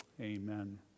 Amen